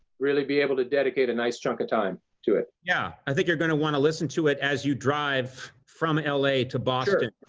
really be able to dedicate a nice chunk of time to it. yeah, i think you're gonna want to listen to it as you drive from l a. to boston,